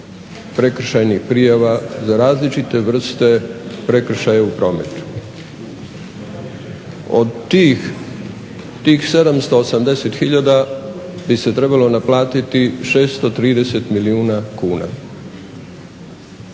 prekršajnih prijava za različite vrste prekršaja u prometu. Od tih 780 tisuća bi se trebalo naplatiti 630 milijuna kuna.